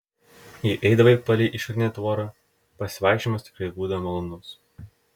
jei eidavo palei išorinę tvorą pasivaikščiojimas tikrai būdavo malonus